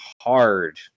hard